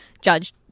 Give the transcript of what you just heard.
Judge